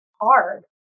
hard